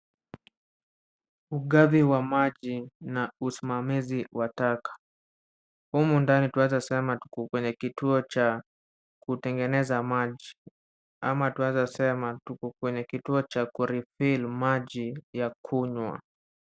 Ugavi wa maji na usimamizi wa taka humu ndani twaeza sema tuko kwenye kituo cha kutengeneza maji ama twaweza sema tuko kwenye kituo cha ku refill maji ya kunywa.